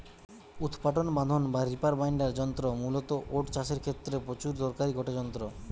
উৎপাটন বাঁধন বা রিপার বাইন্ডার যন্ত্র মূলতঃ ওট চাষের ক্ষেত্রে প্রচুর দরকারি গটে যন্ত্র